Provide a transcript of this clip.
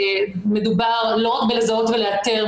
שמדובר לא רק בלזהות ולאתר,